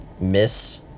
miss-